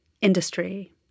industry